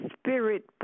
Spirit